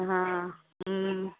हा हूं